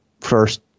first